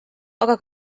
aga